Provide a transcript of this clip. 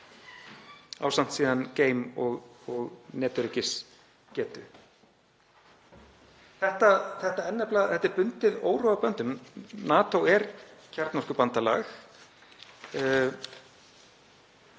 ásamt síðan geim- og netöryggisgetu. Þetta er bundið órofa böndum. NATO er kjarnorkubandalag.